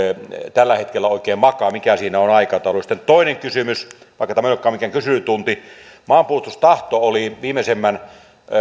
tällä hetkellä oikein makaa mikä siinä on aikataulu sitten toinen kysymys vaikka tämä ei olekaan mikään kyselytunti maanpuolustustahto oli viimeisimmän